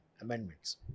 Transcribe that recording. amendments